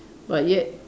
but yet